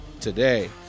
today